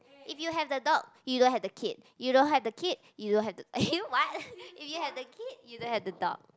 if you have the dog you don't have the kid you don't have the kid you don't have the you know what if you have the kid you don't have the dog